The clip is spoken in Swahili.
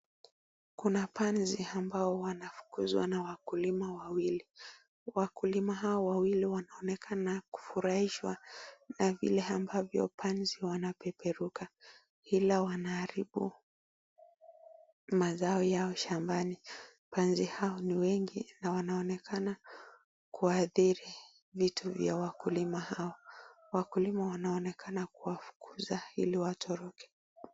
Kuna panzi ambao wanafukuzwa na wakulima wawili. Wakulima hawa wawili wanaonekana kufurahishwa na vile ambavyo panzi wanapeperuka ila wanaharibu mazao yao shambani. Panzi hao ni wengi na wanaonekana kuathiri vitu vya wakulima hawa. Wakulima wanaonekana kuwafukuza ili watoroke.